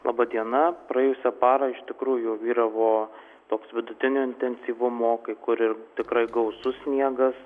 laba diena praėjusią parą iš tikrųjų vyravo toks vidutinio intensyvumo kai kur ir tikrai gausus sniegas